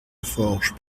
laforge